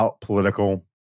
political